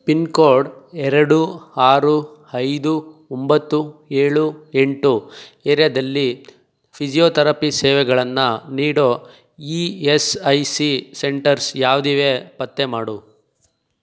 pin code ಎರಡು ಆರು ಐದು ಒಂಬತ್ತು ಏಳು ಎಂಟು ಏರಿಯಾದಲ್ಲಿ ಫಿಝಿಯೋ ತೆರಪಿ ಸೇವೆಗಳನ್ನು ನೀಡೋ E S I C centres ಯಾವಿವೆ ಪತ್ತೆ ಮಾಡು